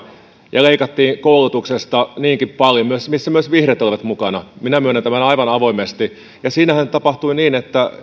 ja koulutuksesta leikattiin niinkin paljon siinä myös vihreät olivat mukana minä myönnän tämän aivan avoimesti ja siinähän tapahtui niin että